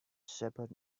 shepherd